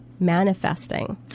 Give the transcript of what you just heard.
manifesting